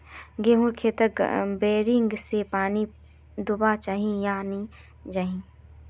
गेँहूर खेतोत बोरिंग से पानी दुबा चही या नी चही?